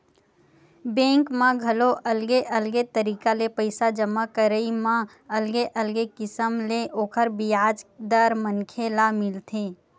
bank म घलो अलगे अलगे तरिका ले पइसा जमा करई म अलगे अलगे किसम ले ओखर बियाज दर मनखे ल मिलथे